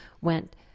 went